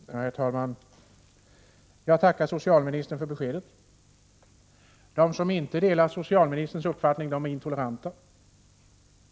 Herr talman! Jag tackar socialministern för beskedet. De som inte delar socialministerns uppfattning är intoleranta.